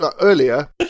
earlier